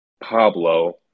Pablo